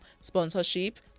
sponsorship